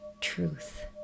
truth